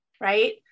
right